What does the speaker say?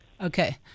Okay